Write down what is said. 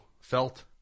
felt